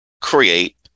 create